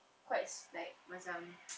quite like macam